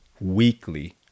Weekly